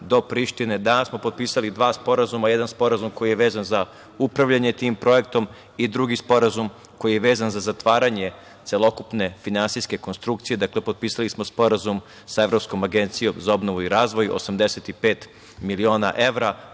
do Prištine. Danas smo potpisali dva sporazuma. Jedan sporazum koji je vezan za upravljanje tim projektom i drugi sporazum koji je vezan za zatvaranje celokupne finansijske konstrukcije. Dakle, potpisali smo sporazum sa Evropskom agencijom za obnovu i razvoj 85 miliona evra,